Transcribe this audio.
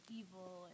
evil